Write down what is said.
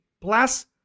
plus